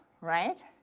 right